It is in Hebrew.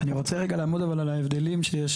אני רוצה לעמוד על ההבדלים שיש